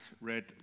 read